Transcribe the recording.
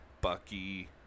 Bucky